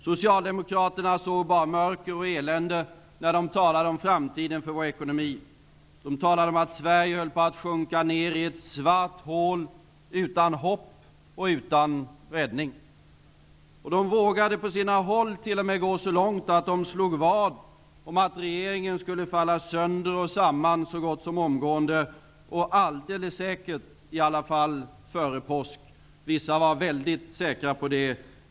Socialdemokraterna såg bara mörker och elände när de talade om framtiden för vår ekonomi. De talade om att Sverige höll på att sjunka ned i ett svart hål utan hopp och utan räddning. De vågade på sina håll t.o.m. gå så långt att de vågade slå vad om att regeringen skulle falla sönder och samman så gott som omedelbart, i alla fall alldeles säkert före påsk. Vissa var mycket säkra på det.